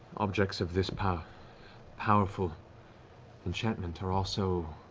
objects of this powerful powerful enchantment are also